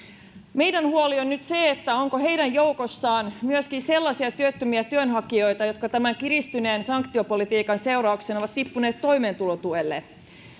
meidän huolemme on nyt se onko heidän joukossaan myöskin sellaisia työttömiä työnhakijoita jotka tämän kiristyneen sanktiopolitiikan seurauksena ovat tippuneet toimeentulotuelle